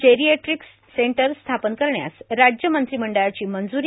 geriatric centre स्थापन करण्यास राज्य मंत्रिमंडळाची मंजुरी